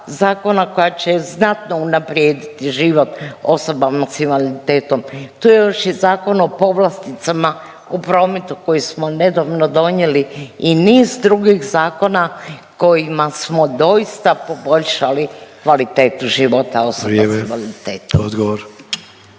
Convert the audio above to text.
koja će znatno unaprijediti život osobama s invaliditetom, tu je još i Zakon o povlasticama u prometu koji smo nedavno donijeli i niz drugih zakona koji doista poboljšali kvalitetu života osoba s invaliditetom.